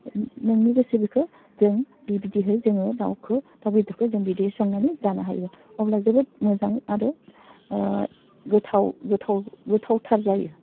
नोंनि गोसो बेखौ जों बिबिदिहै जोङो दावखौ दाव बेदरखौ जों बिदियै संनानै जानो हायो अब्ला जोबोद मोजां आरो गोथाव गोथाव गोथावथार जायो